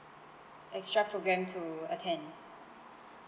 extra program to attend